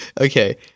okay